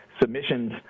Submissions